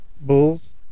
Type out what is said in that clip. bulls